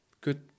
good